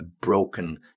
broken